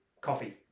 coffee